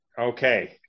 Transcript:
okay